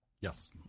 Yes